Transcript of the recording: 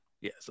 Yes